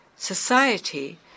Society